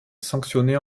sanctionné